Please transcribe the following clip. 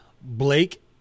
Blake